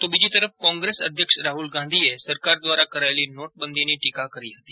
તો બીજી તરફ કોંગ્રેસ અધ્યક્ષ રાહુલ ગાંધીએ સરકાર દ્વારા કરાયેલી નોટબંધીની ટીકા કરી હતી